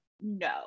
no